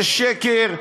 זה שקר.